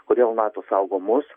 kodėl nato saugo mus